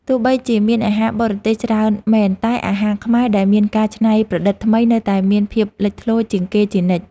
ទោះបីជាមានអាហារបរទេសច្រើនមែនតែអាហារខ្មែរដែលមានការច្នៃប្រឌិតថ្មីនៅតែមានភាពលេចធ្លោជាងគេជានិច្ច។